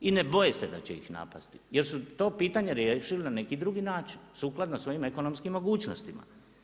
I ne boje se da će ih napasti, jer su to pitanje riješili na neki drugi način, sukladno svojim ekonomskim mogućnostima.